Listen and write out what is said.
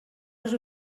les